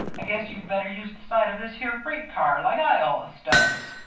i guess you'd better use the side of this here freight car like i allus does,